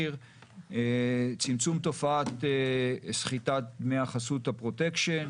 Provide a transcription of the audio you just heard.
צמצום תופעת סחיטת דמי החסות, הפרוטקשן.